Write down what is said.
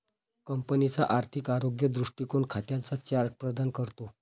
कंपनीचा आर्थिक आरोग्य दृष्टीकोन खात्यांचा चार्ट प्रदान करतो